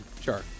Sure